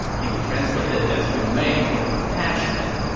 can be translated as humane or compassionate.